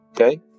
Okay